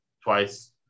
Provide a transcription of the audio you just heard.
twice